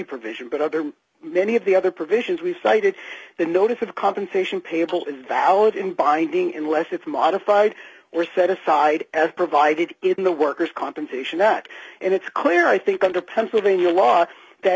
provision but other many of the other provisions we cited the notice of compensation payable is valid in binding unless it's modified or set aside as provided in the worker's compensation that and it's clear i think under pennsylvania law that